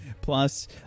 Plus